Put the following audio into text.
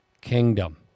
kingdom